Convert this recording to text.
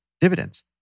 dividends